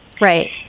Right